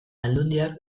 aldundiak